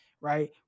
right